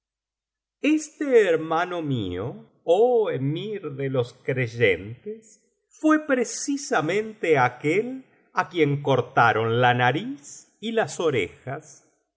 este hermano mío oh emir de los creyentes fué precisamente aquel á quien cortaron la nariz y las orejas